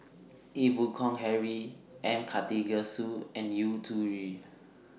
Ee Boon Kong Henry M Karthigesu and Yu Zhuye